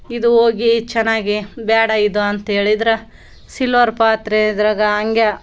ಇದು ಹೋಗಿ ಚೆನ್ನಾಗಿ ಬೇಡ ಇದು ಅಂತ ಹೇಳಿದ್ರೆ ಸಿಲ್ವರ್ ಪಾತ್ರೆ ಇದ್ರಾಗ ಹಂಗೆ